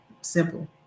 Simple